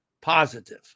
positive